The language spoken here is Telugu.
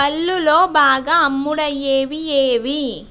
పళ్ళులో బాగా అమ్ముడయ్యేవి ఏవి